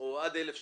או עד 1,000 שקלים,